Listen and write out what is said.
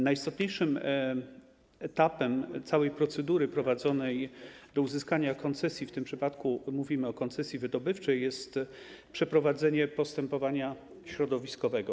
Najistotniejszym etapem całej procedury prowadzącej do uzyskania koncesji - w tym przypadku mówimy o koncesji wydobywczej - jest przeprowadzenie tzw. postępowania środowiskowego.